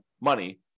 money